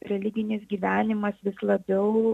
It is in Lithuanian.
religinis gyvenimas vis labiau